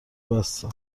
بسه